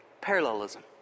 parallelism